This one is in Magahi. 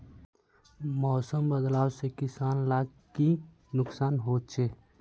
मौसम बदलाव से किसान लाक की नुकसान होचे?